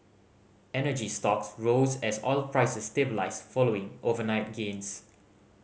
energy stocks rose as oil prices stabilised following overnight gains